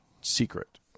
secret